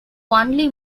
only